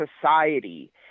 Society